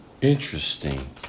Interesting